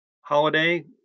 holiday